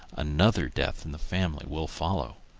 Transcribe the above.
another death in the family will follow.